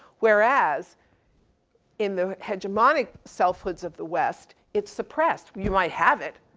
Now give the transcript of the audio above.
whereas in the hegemonic selfhoods of the west, it's suppressed. you might have it,